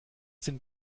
sind